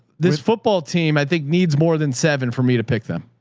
this football team, i think needs more than seven for me to pick them